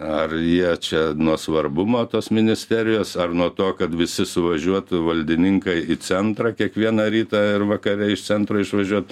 ar jie čia nuo svarbumo tos ministerijos ar nuo to kad visi suvažiuotų valdininkai į centrą kiekvieną rytą ir vakare iš centro išvažiuot